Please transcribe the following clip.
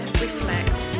reflect